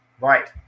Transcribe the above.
Right